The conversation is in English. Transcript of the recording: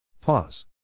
Pause